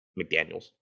mcdaniels